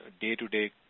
day-to-day